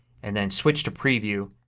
and then switch to preview,